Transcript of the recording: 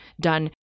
done